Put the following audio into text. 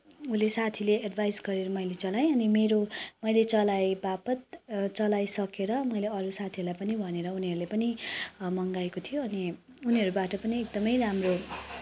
उसले साथीले एडभाइस गरेर मैले चलाएँ अनि मेरो मैले चलाएँ बापत चलाइ सकेर मैले अरू साथीहरूलाई पनि भनेर उनीहरूले पनि मँगाएको थियो अनि उनीहरूबाट पनि एकदमै राम्रो